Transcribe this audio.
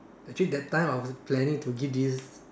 actually that time I was planning to give this